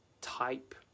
type